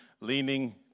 leaning